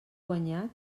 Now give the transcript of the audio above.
guanyat